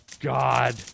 God